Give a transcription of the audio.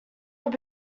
have